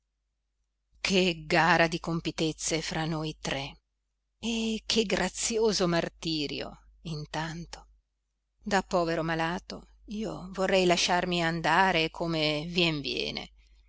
che gara di compitezze fra noi tre e che grazioso martirio intanto da povero malato io vorrei lasciarmi andare come vien viene